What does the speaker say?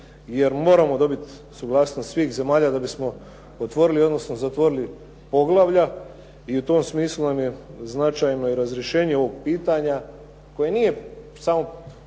jer moramo dobiti suglasnost svih zemalja da bismo otvorili, odnosno zatvorili poglavlja. I u tom smislu nam je značajno i razrješenje ovog pitanja koje nije samo